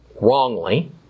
wrongly